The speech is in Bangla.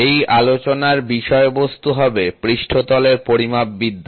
এই আলোচনার বিষয়বস্তু হবে পৃষ্ঠতলের পরিমাপ বিদ্যা